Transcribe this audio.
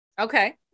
Okay